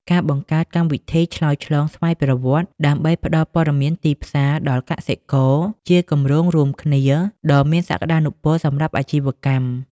ការបង្កើតកម្មវិធីឆ្លើយឆ្លងស្វ័យប្រវត្តិដើម្បីផ្ដល់ព័ត៌មានទីផ្សារដល់កសិករ ជាគម្រោងរួមគ្នាដ៏មានសក្ដានុពលសម្រាប់អាជីវកម្ម។